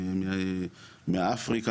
מאפריקה,